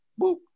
boop